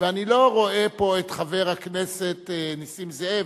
ואני לא רואה פה את חבר הכנסת נסים זאב,